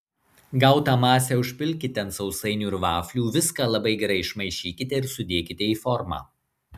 gautą masę užpilkite ant sausainių ir vaflių viską labai gerai išmaišykite ir sudėkite į formą